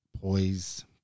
poise